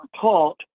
taught